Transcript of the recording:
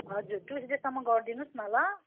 हजुर टिउसडेसम्म गरिदिनु होस् न ल